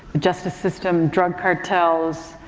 justice system, drug cartels,